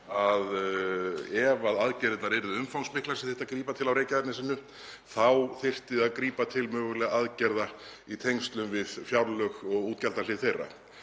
að ef aðgerðirnar yrðu umfangsmiklar sem þyrfti að grípa til á Reykjanesinu þá þyrfti að grípa til mögulegra aðgerða í tengslum við fjárlög og útgjaldahlið þeirra.